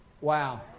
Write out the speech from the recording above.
Wow